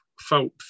felt